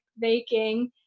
baking